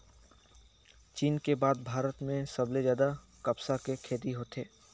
चीन के बाद भारत में सबले जादा कपसा के खेती होथे